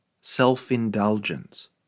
self-indulgence